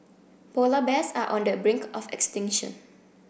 polar bears are on the brink of extinction